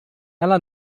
ela